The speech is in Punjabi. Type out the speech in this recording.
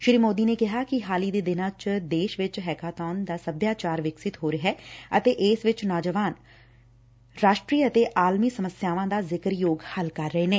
ਸ੍ਰੀ ਮੋਦੀ ਨੇ ਕਿਹਾ ਕਿ ਹਾਲ ਹੀ ਦੇ ਦਿਨਾਂ ਚ ਦੇਸ਼ ਵਿਚ ਹੈਕਾਬੋਨ ਦਾ ਸਭਿਆਚਾਰ ਵਿਕਸਿਤ ਹੋ ਰਿਹੈ ਅਤੇ ਇਸ ਚ ਨੌਂਜਵਾਨ ਕੌਮੀ ਅਤੇ ਆਲਮੀ ਸਮਸਿਆਵਾਂ ਦਾ ਜ਼ਿਕਰਯੋਗ ਹੱਲ ਕਰ ਰਹੇ ਨੇ